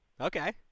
Okay